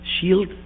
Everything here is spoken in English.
Shield